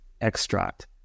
extract